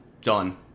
done